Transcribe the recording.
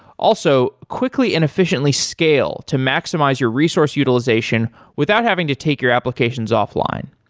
also, quickly and efficiently scale to maximize your resource utilization without having to take your applications offline.